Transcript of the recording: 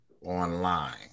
online